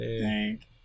Thank